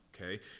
Okay